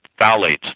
phthalates